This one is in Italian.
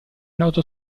noto